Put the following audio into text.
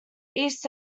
east